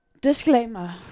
Disclaimer